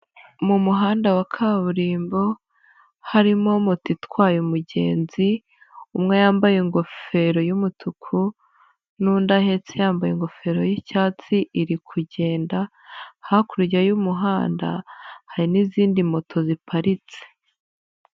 Mu muhanda wa kaburimbo harimo moto itwaye umugenzi, umwe yambaye ingofero y'umutuku n'undi ahetse yambaye ingofero y'icyatsi iri kugenda, hakurya y'umuhanda hari n'izindi moto ziparitse.